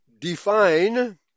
define